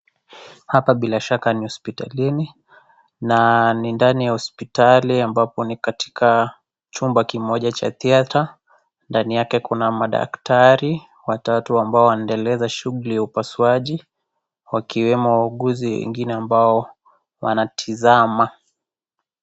Hapa bila shaka ni hospitalini na ni ndani ya hospitali ambapo ni katika chumba kimoja cha theatre . Ndani yake kuna madaktari watatu ambao wanaendeleza shughuli ya upasuaji wakiwemo wauguzi wengine ambao wanatizama.